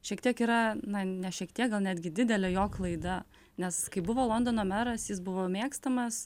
šiek tiek yra na ne šiek tiek gal netgi didelė jo klaida nes kai buvo londono meras jis buvo mėgstamas